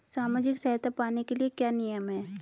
सामाजिक सहायता पाने के लिए क्या नियम हैं?